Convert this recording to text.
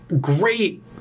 great